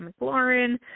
McLaurin